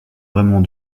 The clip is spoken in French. vraiment